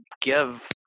give